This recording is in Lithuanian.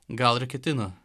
gal ir ketino